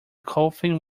coffin